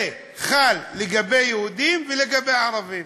זה חל לגבי יהודים ולגבי ערבים.